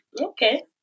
Okay